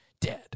Dead